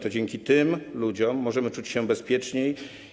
To dzięki tym ludziom możemy czuć się bezpieczniej.